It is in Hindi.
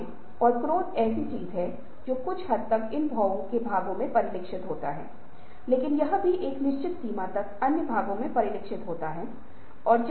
और अगर हम टिकते हैं तो क्या आप बदलाव पर सुधार कर सकते हैं अन्यथा आप उपरोक्त चरणों को पुनः योजना बनाते हैं और दोहराते हैं